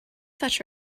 fetch